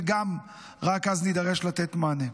וגם רק אז נידרש לתת מענה.